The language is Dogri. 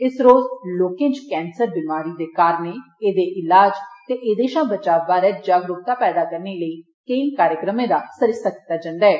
इस रोज लोकें च कैंसर बिमारी दे कारणें एदे इलाज ते एदे षा बचाव बारै जागरूकता पैदा करने लेई कॅई कार्यक्रमें दा सरिस्ता कीत्ता जन्दा ऐ